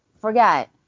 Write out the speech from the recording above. forget